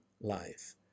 life